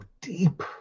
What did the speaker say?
deep